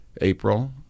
April